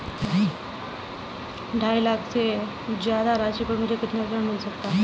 ढाई लाख से ज्यादा राशि पर मुझे कितना ऋण मिल सकता है?